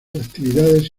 actividades